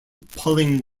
pulling